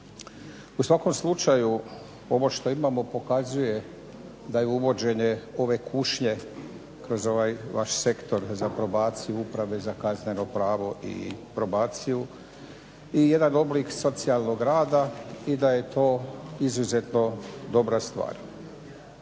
U svakom slučaju ovo što imamo pokazuje da je uvođenje ove kušnje kroz ovaj vaš sektor za probaciju uprave za kazneno pravo i probaciju i jedan oblik socijalnog rada i da je to izuzetno dobra stvar.